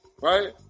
right